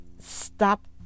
stop